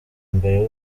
mbere